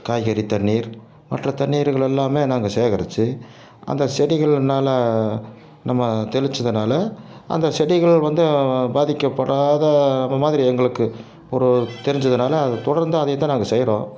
காய்கறி தண்ணீர் மற்ற தண்ணீர்கள் எல்லாமே நாங்கள் சேகரிச்சு அந்த செடிகள் மேலே நம்ம தெளிச்சதுனால் அந்த செடிகள் வந்து பாதிக்கப்படாத மாதிரி எங்களுக்கு ஒரு தெரிஞ்சதுனால அது தொடர்ந்து அதைத்தான் நாங்கள் செய்றோம்